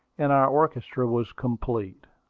and our orchestra was complete.